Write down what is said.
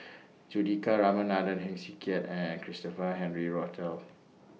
Juthika Ramanathan Heng Swee Keat and Christopher Henry Rothwell